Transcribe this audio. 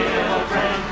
children